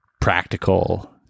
practical